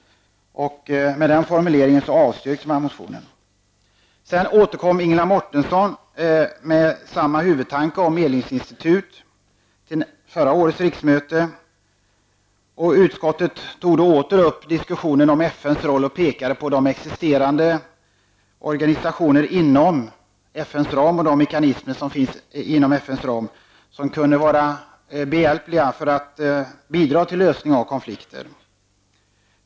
Med den formuleringen avstyrkte utskottet motionen. Sedan återkom Ingela Mårtensson med samma huvudtanke om ett medlingsinstitut vid förra riksmötet. Utskottet tog då åter upp diskussionen om FNs roll och pekade på de existerande organisationerna inom FNs ram och de mekanismer som finns vilka kunde vara behjälpliga för att bidra till lösning av konflikter.